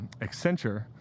Accenture